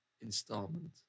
installment